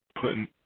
putting